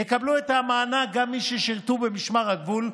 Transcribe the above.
יקבלו את המענק גם מי ששירתו במשמר הגבול,